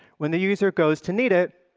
when the user goes to need it,